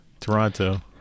Toronto